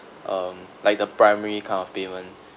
um like the primary kind of payment